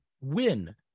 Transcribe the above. win